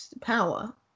power